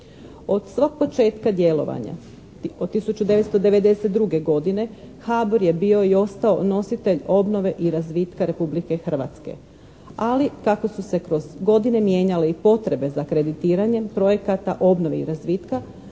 Od svog početka djelovanja, od 1992. godine HBOR je bio i ostao nositelj obnove i razvitka Republike Hrvatske. Ali kako su se kroz godine mijenjale i potrebe za kreditiranjem projekata obnove i razvitka